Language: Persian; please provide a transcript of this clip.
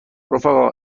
رفقا